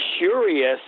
curious